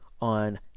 on